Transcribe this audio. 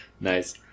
Nice